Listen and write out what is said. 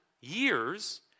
years